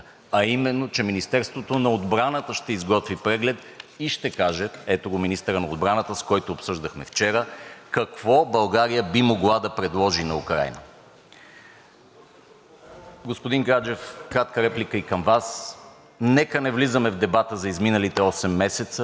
какво България би могла да предложи на Украйна. Господин Гаджев, кратка реплика и към Вас. Нека не влизаме в дебата за изминалите осем месеца, за да не се налага да влизаме в дебата какво е свършено за българската отбрана през изминалите 12 години. Благодаря Ви.